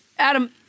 Adam